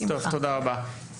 תודה רבה.